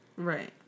Right